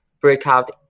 breakout